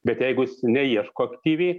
bet jeigu jis neieško aktyviai